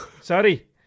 Sorry